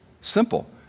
Simple